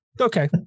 Okay